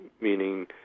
meaning